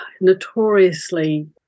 notoriously